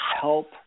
help